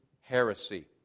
heresy